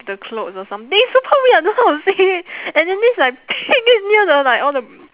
the clothes or something it's super weird don't know how to say and then this like pig is near the like all the